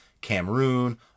Cameroon